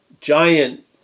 giant